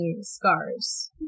scars